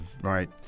Right